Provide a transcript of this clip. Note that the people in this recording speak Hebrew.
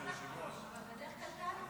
חבר הכנסת לוי, בבקשה.